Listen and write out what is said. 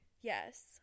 Yes